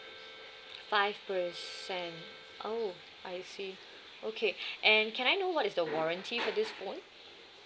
five percent oh I see okay and can I know what is the warranty for this phone